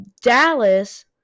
Dallas